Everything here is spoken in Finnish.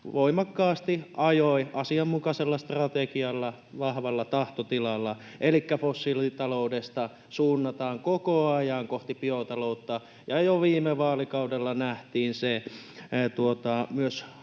voimakkaasti ajoi asianmukaisella strategialla, vahvalla tahtotilalla, elikkä fossiilitaloudesta suunnataan koko ajan kohti biotaloutta. Jo viime vaalikaudella nähtiin se